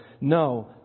No